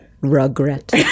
regret